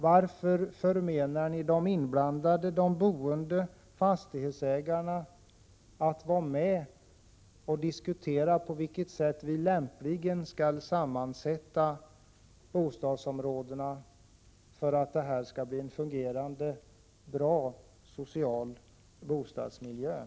Varför förmenar ni de inblandade, de boende och fastighetsägarna, att vara med och diskutera på vilket sätt bostadsområdena lämpligen skall sammansättas för att den sociala bostadsmiljön skall bli bra och kunna fungera?